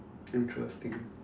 interesting